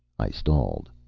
i stalled.